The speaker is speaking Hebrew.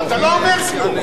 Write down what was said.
אבל אתה לא אומר כלום.